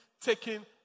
taking